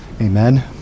Amen